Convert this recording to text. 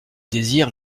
désir